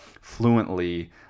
fluently